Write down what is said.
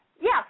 Yes